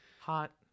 Hot